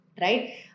right